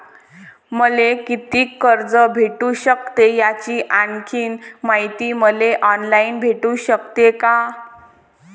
मले कितीक कर्ज भेटू सकते, याची आणखीन मायती मले ऑनलाईन भेटू सकते का?